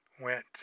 went